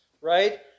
right